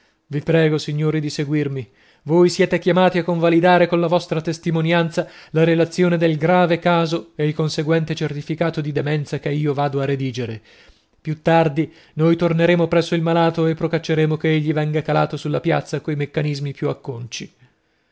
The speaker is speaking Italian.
vi prego signori di seguirmi voi siete chiamati a convalidare colla vostra testimonianza la relazione del grave caso e il conseguente certificato di demenza che io vado a redigere più tardi noi torneremo presso il malato e procaccieremo che egli venga calato sulla piazza coi meccanismi più acconci